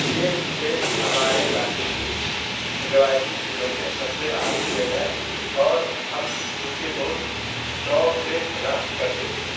یہ کھیل ہمارے علاقے کی روایتی کھیلوں میں سب سے اہم کھیل ہے اور ہم اسے بہت شوق سے کھیلا کرتے تھے